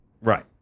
Right